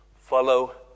follow